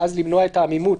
ואז למנוע את העמימות.